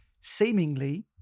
seemingly